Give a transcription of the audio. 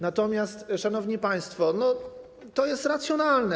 Natomiast, szanowni państwo, to jest racjonalne.